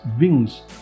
wings